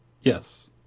Yes